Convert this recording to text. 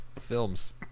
films